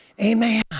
Amen